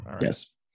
Yes